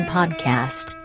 Podcast